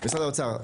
משרד האוצר,